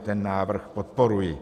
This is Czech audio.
Ten návrh podporuji.